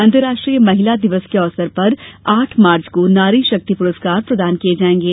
अंतर्राष्ट्रीय महिला दिवस के अवसर पर आठ मार्च को नारी शक्ति पुरस्कार प्रदान किये जाएंगे